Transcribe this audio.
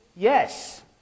Yes